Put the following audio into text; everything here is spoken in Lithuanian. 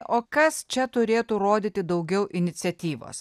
o kas čia turėtų rodyti daugiau iniciatyvos